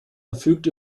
verfügt